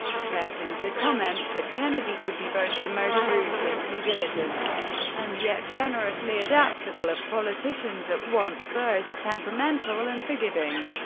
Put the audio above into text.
schlesinger comments that kennedy could be both the most ruthlessly diligent and yet generously adaptable of politicians, at once both temperamental and forgiving.